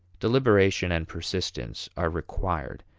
deliberation and persistence are required.